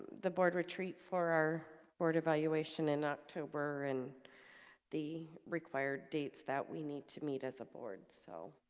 the board retreat for our board evaluation in october and the required dates that we need to meet as a board, so